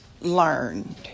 learned